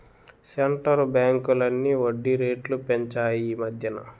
centre బ్యాంకులన్నీ వడ్డీ రేట్లు పెంచాయి ఈమధ్యన